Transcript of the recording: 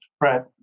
Right